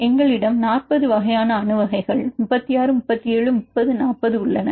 எனவே எங்களிடம் 40 வகையான அணு வகைகள் 36 37 30 40 உள்ளன